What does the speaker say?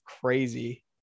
crazy